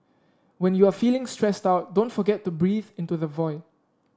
when you are feeling stressed out don't forget to breathe into the void